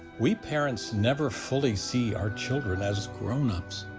we parents never fully see our children as grownups.